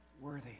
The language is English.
worthy